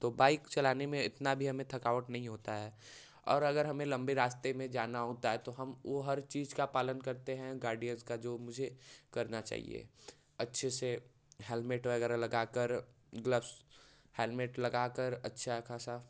तो बाइक चलाने में इतना भी हमें थकावट नहीं होता है और अगर हमें लंबे रास्ते में जाना होता है तो हम हर वो चीज का पालन करते हैं गार्डियर्स का जो मुझे करना चाहिए अच्छे से हेलमेट वगैरह लगाकर ग्लव्स हेलमेट लगाकर अच्छा खासा